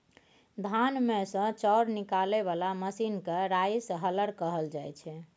धान मे सँ चाउर निकालय बला मशीन केँ राइस हलर कहल जाइ छै